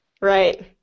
right